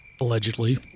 allegedly